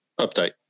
update